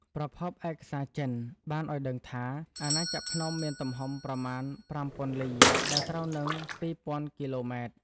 ប្រភពឯកសារចិន បានឱ្យដឹងថា អាណាចក្រភ្នំមានទំហំប្រមាណជា ៥០០០ លី ដែលត្រូវនឹង ២០០០ គីឡូម៉ែត្រ។